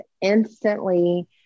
instantly